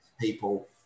people